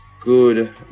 Good